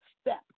step